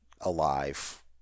alive